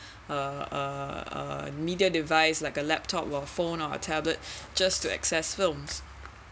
a a a media device like a laptop or phone or tablet just to access films